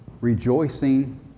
Rejoicing